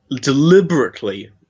deliberately